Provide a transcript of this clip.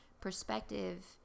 perspective